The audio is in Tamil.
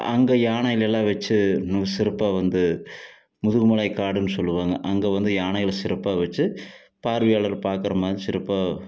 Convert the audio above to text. அங்கே யானைகள் எல்லாம் வச்சு சிறப்பாக வந்து முதுமலை காடுன்னு சொல்வாங்க அங்கே வந்து யானைகளை சிறப்பாக வச்சு பார்வையாளர்கள் பாக்குறாமாதிரி சிறப்பாக